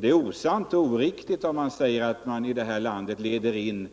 Det är osant när det sägs att man i det här landet leder in